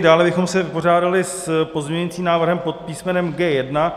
Dále bychom se vypořádali s pozměňujícím návrhem pod písmenem G1.